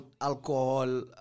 alcohol